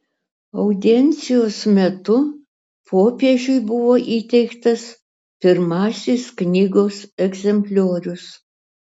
audiencijos metu popiežiui buvo įteiktas pirmasis knygos egzempliorius